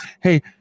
hey